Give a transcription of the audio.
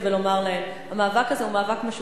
ולומר להן: המאבק הזה הוא מאבק משותף,